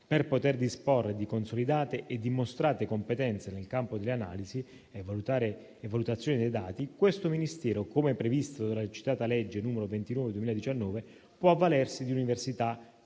per poter disporre di consolidate e dimostrate competenze nel campo delle analisi e della valutazione dei dati, questo Ministero, come previsto dalla citata legge n. 29 del 2019, può avvalersi di università,